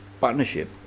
partnership